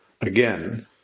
again